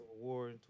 War